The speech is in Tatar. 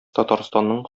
татарстанның